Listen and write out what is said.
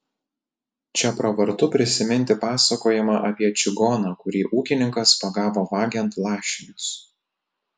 čia pravartu prisiminti pasakojimą apie čigoną kurį ūkininkas pagavo vagiant lašinius